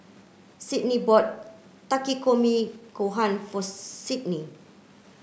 Cydney bought Takikomi Gohan for Sydnee